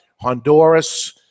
Honduras